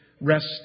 rest